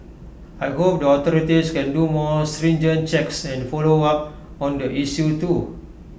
I hope the authorities can do more stringent checks and follow up on the issue too